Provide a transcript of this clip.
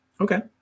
Okay